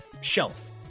shelf